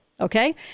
Okay